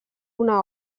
una